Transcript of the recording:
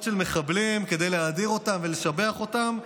של מחבלים כדי להאדיר אותם ולשבח אותם,